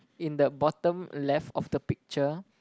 in the bottom left of the picture